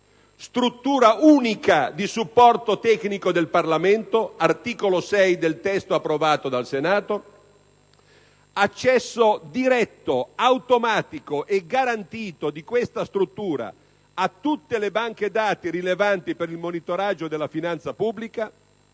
struttura unica di supporto tecnico del Parlamento (articolo 7 del testo approvato dal Senato); accesso diretto, automatico e garantito, di questa struttura a tutte le banche dati rilevanti per il monitoraggio della finanza pubblica;